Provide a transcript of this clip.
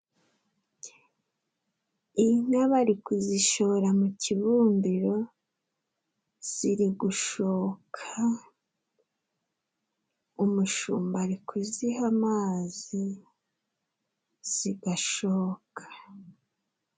Inka bari kuzishora mu kibumbiro, zirigushoka, umushumbari kuziha amazi zigashoka.